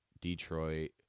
Detroit